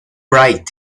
bright